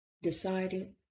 decided